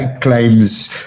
claims